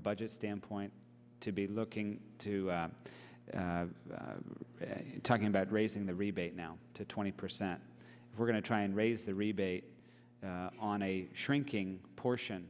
a budget standpoint to be looking to talking about raising the rebate now to twenty percent we're going to try and raise the rebate on a shrinking portion